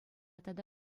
тата